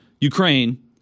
Ukraine